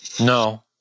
No